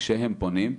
כשהם פונים,